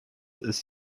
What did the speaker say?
ist